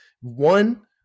one